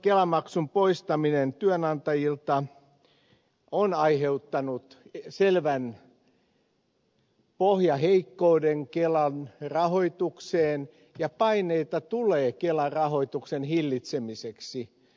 kelamaksun poistaminen työnantajilta on aiheuttanut selvän pohjaheikkouden kelan rahoitukseen ja paineita tulee kelan rahoituksen hillitsemiseksi